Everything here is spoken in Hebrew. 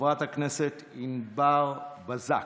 חברת הכנסת ענבר בזק.